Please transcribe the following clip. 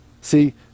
See